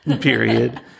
Period